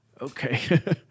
Okay